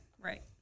Right